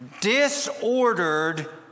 disordered